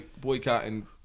boycotting